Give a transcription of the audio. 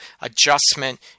adjustment